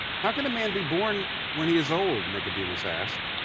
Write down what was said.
how can a man be born when he is old nicodemus asked.